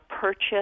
purchase